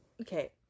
Okay